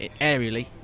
aerially